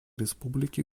республики